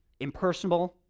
Impersonable